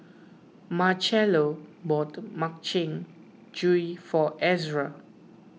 Marchello bought Makchang Gui for Ezra